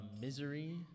Misery